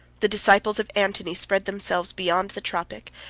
the disciples of antony spread themselves beyond the tropic,